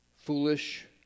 foolish